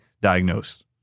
diagnosed